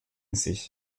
sich